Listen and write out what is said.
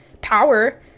power